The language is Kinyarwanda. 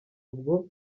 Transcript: ubwo